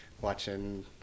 watching